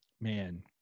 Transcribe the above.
man